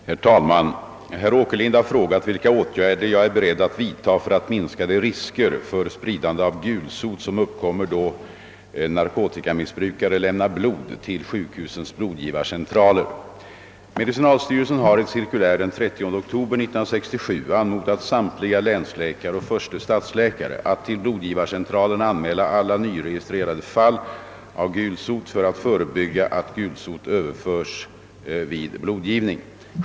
Herr talman! Herr Åkerlind har frågat vilka åtgärder jag är beredd att vidta för att minska de risker för spridande av gulsot som uppkommer då narkotikamissbrukare lämnar blod till sjukhusens blodgivarcentraler. Medicinalstyrelsen har i ett cirkulär den 30 oktober 1967 anmodat samtliga länsläkare och förste stadsläkare att till blodgivarcentralerna anmäla alla nyregistrerade fall av gulsot för att förebygga att gulsot överförs vid blodgivning.